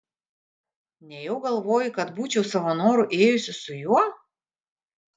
nejau galvoji kad būčiau savo noru ėjusi su juo